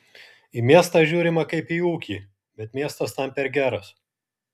į miestą žiūrima kaip į ūkį bet miestas tam per geras